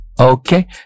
Okay